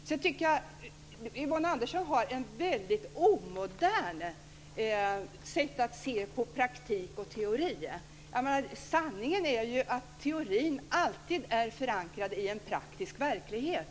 Jag tycker att Yvonne Andersson har ett väldigt omodernt sätt att se på praktik och teori. Sanningen är ju att teorin alltid är förankrad i en praktisk verklighet.